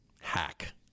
hack